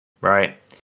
Right